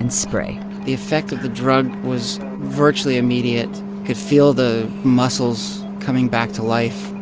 and spray the effect of the drug was virtually immediate. i could feel the muscles coming back to life,